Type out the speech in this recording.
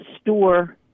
store